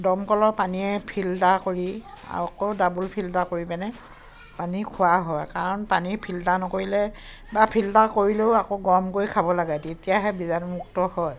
দমকলৰ পানীয়ে ফিল্টাৰ কৰি আকৌ ডাবুল ফিল্টাৰ কৰি পিনে পানী খোৱা হয় কাৰণ পানী ফিল্টাৰ নকৰিলে বা ফিল্টাৰ কৰিলেও আকৌ গৰম কৰি খাব লাগে তেতিয়াহে বীজাণুমুক্ত হয়